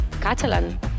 Catalan